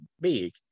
big